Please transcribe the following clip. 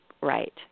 right